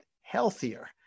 healthier